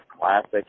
classic